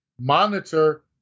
monitor